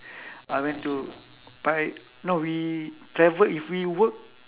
I went to no we travel if we work